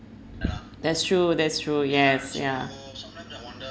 that's true that's true yes yeah